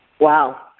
Wow